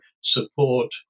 support